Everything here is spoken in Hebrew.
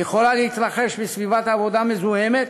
היא יכולה להתרחש בסביבת עבודה מזוהמת,